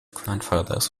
grandfathers